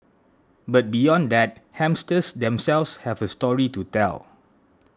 but beyond that hamsters themselves have a story to tell